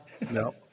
No